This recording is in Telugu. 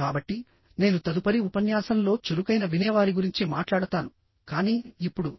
కాబట్టి నేను తదుపరి ఉపన్యాసంలో చురుకైన వినేవారి గురించి మాట్లాడతాను కానీ ఇప్పుడు